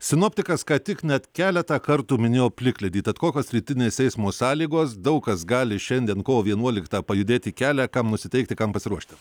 sinoptikas ką tik net keletą kartų minėjo plikledį tad kokios rytinės eismo sąlygos daug kas gali šiandien kovo vienuoliktą pajudėti kelią kam nusiteikti kam pasiruošti